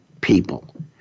people